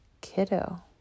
kiddo